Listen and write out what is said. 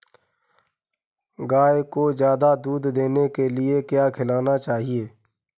गाय को ज्यादा दूध देने के लिए क्या खिलाना चाहिए?